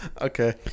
Okay